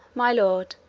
my lord,